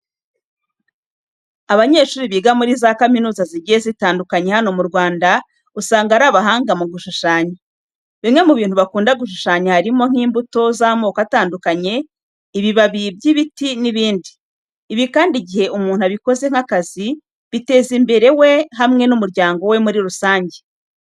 Abanyeshuri biga muri za kaminuza zigiye zitandukanye hano mu Rwanda usanga ari abahanga mu gushushanya. Bimwe mu bintu bakunda gushushanya harimo nk'imbuto z'amoko atandukanye, ibibabi by'ibiti n'ibindi. Ibi kandi igihe umuntu abikoze nk'akazi biteza imbere we hamwe n'umuryango we muri rusange.